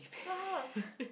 so how was